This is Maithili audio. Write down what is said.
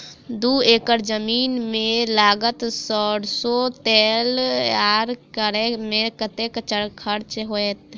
दू एकड़ जमीन मे लागल सैरसो तैयार करै मे कतेक खर्च हेतै?